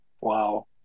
Wow